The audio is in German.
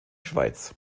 schweiz